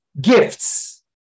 gifts